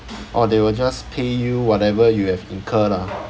oh they will just pay you whatever you have incurred ah